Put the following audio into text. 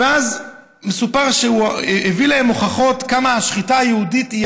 ואז מסופר שהוא הביא להם הוכחות כמה השחיטה היהודית,